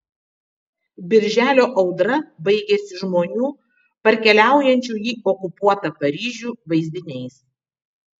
birželio audra baigiasi žmonių parkeliaujančių į okupuotą paryžių vaizdiniais